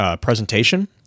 presentation